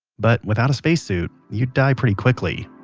but without a spacesuit, you'd die pretty quickly